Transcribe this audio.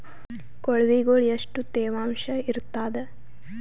ಕೊಳವಿಗೊಳ ಎಷ್ಟು ತೇವಾಂಶ ಇರ್ತಾದ?